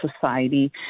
society